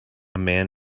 man